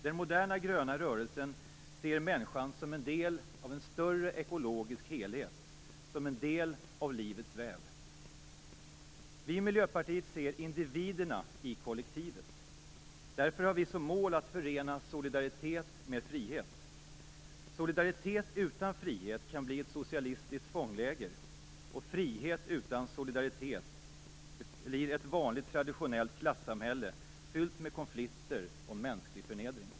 Den moderna gröna rörelsen ser människan som en del av en större ekologisk helhet, som en del av livets väv. Vi i Miljöpartiet ser individerna i kollektivet. Därför har vi som mål att förena solidaritet med frihet. Solidaritet utan frihet kan bli ett socialistiskt fångläger - och frihet utan solidaritet blir ett vanligt, traditionellt klassamhälle, fyllt med konflikter och mänsklig förnedring.